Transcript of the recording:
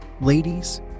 Ladies